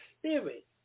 Spirit